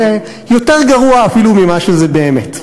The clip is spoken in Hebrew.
יותר גרוע אפילו ממה שזה באמת.